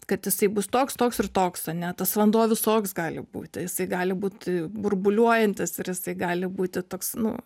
kad jisai bus toks toks ir toks ane tas vanduo visoks gali būti jisai gali būt burbuliuojantis ir jisai gali būti toks nu